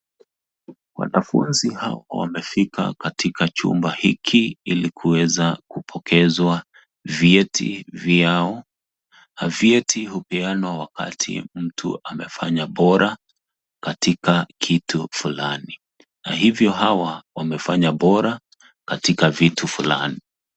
Wanafunzi hawa wamefika katika chumba hiki ili kuweza kupokezwa vyeti vyao. Na vyeti hupeanwa wakati mtu amefanya bora katika kitu fulani, na hivyo hawa wamefanya bora katika vitu fulani.